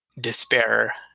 despair